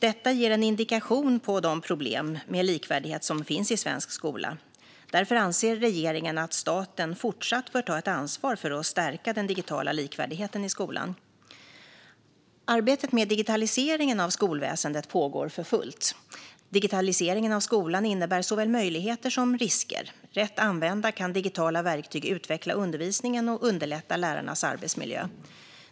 Detta ger en indikation på de problem med likvärdighet som finns i svensk skola. Därför anser regeringen att staten fortsatt bör ta ett ansvar för att stärka den digitala likvärdigheten i skolan. Arbetet med digitaliseringen av skolväsendet pågår för fullt. Digitaliseringen av skolan innebär såväl möjligheter som risker. Rätt använda kan digitala verktyg utveckla undervisningen och underlätta lärarnas arbetsmiljö.